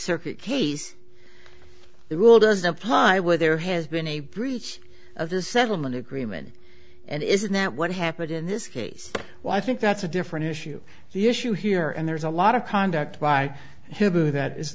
circuit case the rule doesn't apply when there has been a breach of the settlement agreement and isn't that what happened in this case well i think that's a different issue the issue here and there's a lot of conduct by who that is